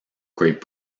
great